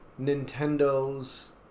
Nintendo's